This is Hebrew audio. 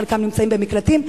חלקם נמצאים במקלטים,